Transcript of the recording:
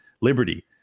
Liberty